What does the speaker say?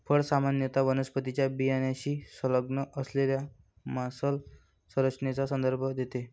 फळ सामान्यत वनस्पतीच्या बियाण्याशी संलग्न असलेल्या मांसल संरचनेचा संदर्भ देते